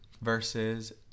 versus